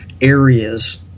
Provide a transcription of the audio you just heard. areas